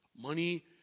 Money